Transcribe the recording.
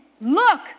Look